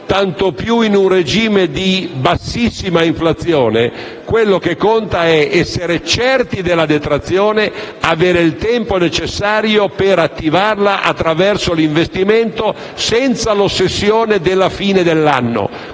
tanto più in un regime di bassissima inflazione. Quello che conta è essere certi della detrazione e avere il tempo necessario per attivarla attraverso l'investimento, senza l'ossessione della fine dell'anno.